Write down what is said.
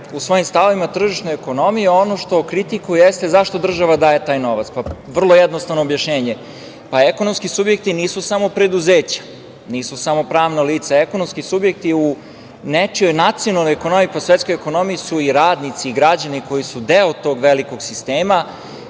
u svojim stavovima tržišne ekonomije i ono što kritikuju jeste zašto država daje taj novac. Vrlo jednostavno objašnjenje, ekonomski subjekti nisu samo preduzeća, nisu samo pravna lica. Ekonomski subjekti u nečijoj nacionalnoj ekonomiji, pa i svetskoj ekonomiji su i radnici i građani koji su deo tog velikog sistema